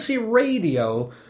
Radio